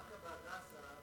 דווקא ב"הדסה",